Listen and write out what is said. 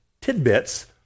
tidbits